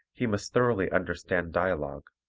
he must thoroughly understand dialogue,